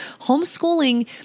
homeschooling